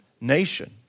nation